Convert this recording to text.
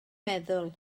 meddwl